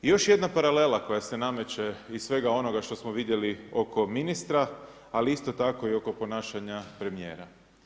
Još jedna paralela koja se nameće iz svega onoga što smo vidjeli oko ministra ali isto tako i oko ponašanja premijera.